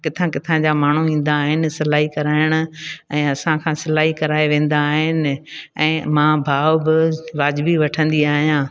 किथां किथां किथां जा माण्हू ईंदा आहिनि सिलाई कराइण ऐं असां खां सिलाई कराए वेंदा आहिनि ऐं मां भाव बि वाजिबी वठंदी आहियां